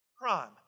Crime